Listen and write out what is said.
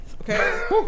okay